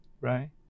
right